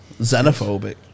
Xenophobic